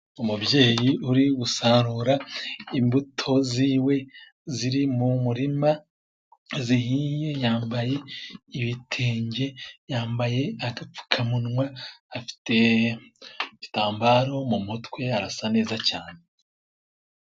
Umubyeyi uri gusarura imbuto ze ziri mu murima, zihiye, yambaye ibitenge, yambaye agapfukamunwa, afite igitambaro mu mutwe, arasa neza cyane.